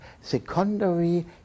secondary